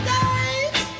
days